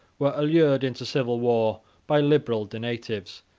were allured into civil war by liberal donatives,